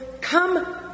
Come